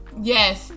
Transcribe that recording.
Yes